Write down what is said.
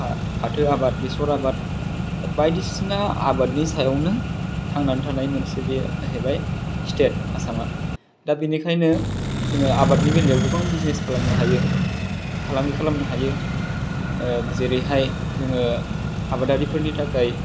फा फाथो आबाद बेसर आबाद दा बायदिसिना आबादनि सायावनो थांनानै थानाय मोनसे बे जाहैबाय स्तेत आसामा दा बेनिखायनो जोङो आबादनि बेलायाव गोबां बिजिनेस खालामनो हायो फालांगि खालामनो हायो जेरैहाय जोङो आबादारिफोरनि थाखाय